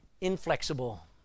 inflexible